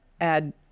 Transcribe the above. add